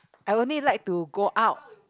I only like to go out